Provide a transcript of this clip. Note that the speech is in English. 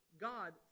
God